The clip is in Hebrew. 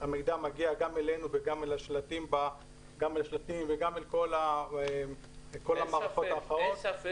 המידע מגיע גם אלינו וגם אל השלטים וגם אל כל מערכות ההסעה.